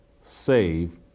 save